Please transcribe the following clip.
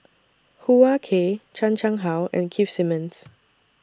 Hoo Ah Kay Chan Chang How and Keith Simmons